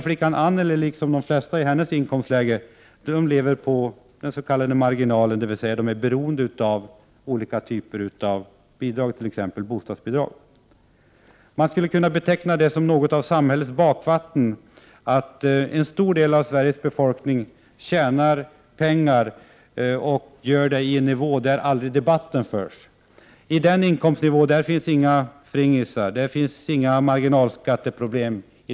Flickan Anneli, liksom de flesta i hennes inkomstläge, ligger på den s.k. marginalen, dvs. de är beroende av olika typer av bidrag, t.ex. bostadsbidrag. Man skulle kunna beteckna det som något av samhällets ”bakvatten” att en stor del av Sveriges befolkning har löner som ligger på en nivå, som debatten aldrig berör. På den inkomstnivån finns inga ”fringisar” och inga marginalskatteproblem.